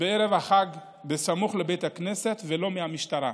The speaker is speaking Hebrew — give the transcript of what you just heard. בערב החג סמוך לבית הכנסת, ולא מהמשטרה.